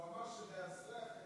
הוא אמר שזה ייעשה,